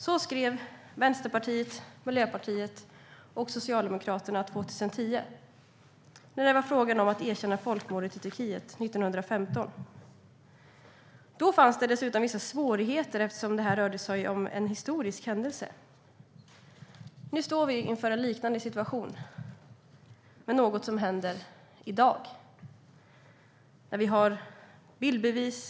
Så skrev Vänsterpartiet, Miljöpartiet och Socialdemokraterna 2010 när det var fråga om att erkänna folkmordet i Turkiet 1915. Då fanns det dessutom vissa svårigheter, eftersom det rörde sig om en historisk händelse. Nu står vi inför en liknande situation när det gäller något som händer i dag. Vi har bildbevis.